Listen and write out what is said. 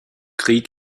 krieg